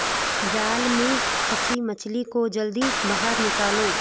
जाल में फसी मछली को जल्दी बाहर निकालो